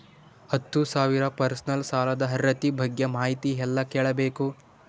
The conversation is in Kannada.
ಹತ್ತು ಸಾವಿರ ಪರ್ಸನಲ್ ಸಾಲದ ಅರ್ಹತಿ ಬಗ್ಗೆ ಮಾಹಿತಿ ಎಲ್ಲ ಕೇಳಬೇಕು?